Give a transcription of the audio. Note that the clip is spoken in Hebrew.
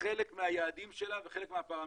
כחלק מהיעדים שלה וחלק מהפרמטרים.